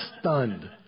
stunned